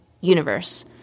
universe